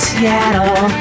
Seattle